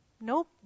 Nope